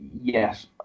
Yes